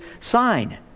sign